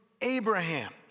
Abraham